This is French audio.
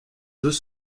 deux